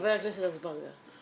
חבר הכנסת אזברגה.